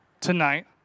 tonight